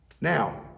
Now